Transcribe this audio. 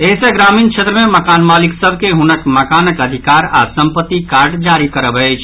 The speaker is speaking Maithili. एहि सँ ग्रामीण क्षेत्र मे मकान मालिक सभ के हुनक मकानक अधिकार आओर संपत्ति कार्ड जारी करब अछि